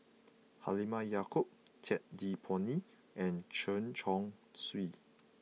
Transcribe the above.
Halimah Yacob Ted De Ponti and Chen Chong Swee